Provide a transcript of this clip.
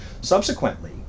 subsequently